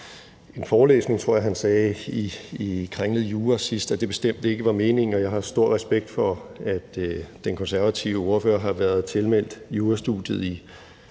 en forelæsning – tror jeg han sagde – i kringlet jura sidst, at det bestemt ikke var meningen, og at jeg har stor respekt for, at den konservative ordfører har været tilmeldt jurastudiet i